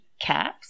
caps